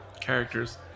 characters